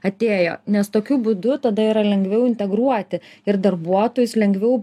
atėjo nes tokiu būdu tada yra lengviau integruoti ir darbuotojus lengviau